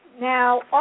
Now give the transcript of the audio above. Now